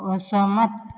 असहमत